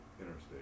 interstate